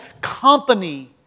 company